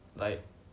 like